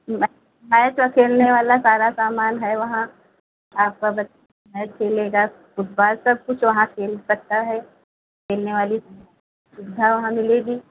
मैं मैच व खेलने वाला सारा सामान है वहां आपका बच्चा मैच खेलेगा फूटबाल सबकुछ वहाँ खेल सकता है खेलने वाली हाँ हाँ मिलेगी